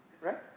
right